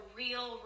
real